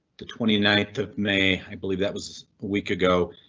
the twenty ninth of may. i believe that was a week ago.